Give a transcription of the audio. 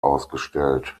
ausgestellt